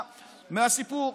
סיפור.